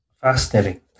Fascinating